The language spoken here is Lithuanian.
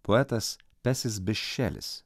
poetas pesis bišelis